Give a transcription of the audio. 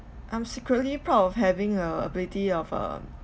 I'm secretly proud of having uh ability of uh